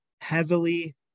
heavily